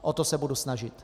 O to se budu snažit.